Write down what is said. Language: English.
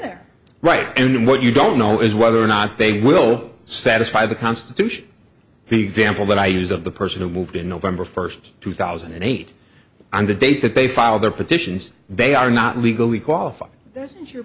they're right and what you don't know is whether or not they will satisfy the constitution he example that i use of the person who moved in november first two thousand and eight on the date that they filed their petitions they are not legally qualified th